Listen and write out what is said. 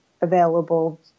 available